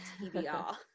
TBR